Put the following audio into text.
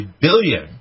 billion